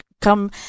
come